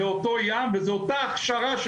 זה אותו ים וזו אותה הכשרה.